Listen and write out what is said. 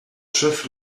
chef